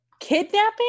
Kidnapping